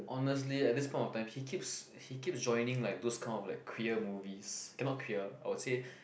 honestly at this point of time he keeps he keeps joining like those of clear movies cannot clear I would say